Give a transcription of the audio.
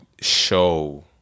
show